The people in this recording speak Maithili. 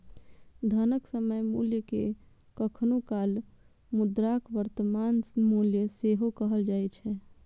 धनक समय मूल्य कें कखनो काल मुद्राक वर्तमान मूल्य सेहो कहल जाए छै